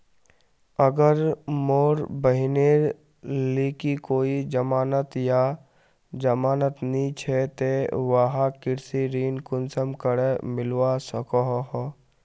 अगर मोर बहिनेर लिकी कोई जमानत या जमानत नि छे ते वाहक कृषि ऋण कुंसम करे मिलवा सको हो?